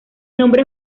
nombre